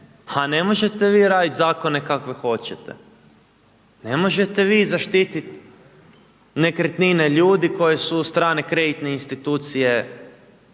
ha ne možete vi radit zakone kakve hoćete, ne možete vi zaštitit nekretnine ljudi koje su strane kreditne institucije